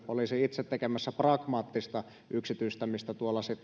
olisi itse tekemässä pragmaattista yksityistämistä tuolla